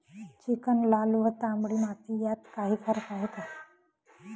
Chicken, लाल व तांबडी माती यात काही फरक आहे का?